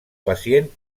pacient